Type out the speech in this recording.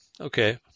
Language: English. Okay